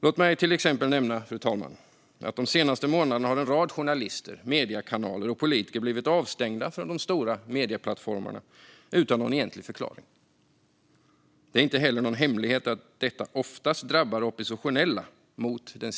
Låt mig till exempel nämna att en rad journalister, mediekanaler och politiker har blivit avstängda de senaste månaderna från de stora medieplattformarna utan någon egentlig förklaring. Det är inte heller någon hemlighet att detta oftast drabbar oppositionella.